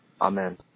Amen